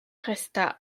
resta